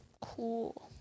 Cool